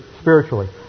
spiritually